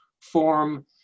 form